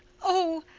oh,